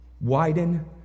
Widen